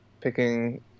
picking